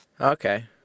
Okay